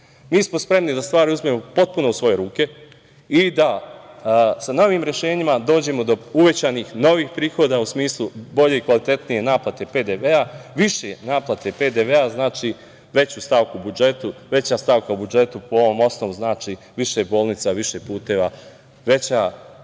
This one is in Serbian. Mi smo spremni da stvari uzmemo potpuno u svoje ruke i da sa novim rešenjima dođemo do uvećanih novih prihoda u smislu bolje i kvalitetnije naplate PDV-a, više naplate PDV-a. Znači, veća stavka u budžetu po ovom osnovu, odnosno to znači više bolnica, više puteva, a